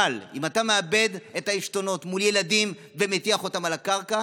אבל אם אתה מאבד את העשתונות מול ילדים ומטיח אותם על הקרקע